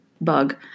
bug